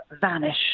vanish